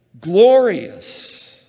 glorious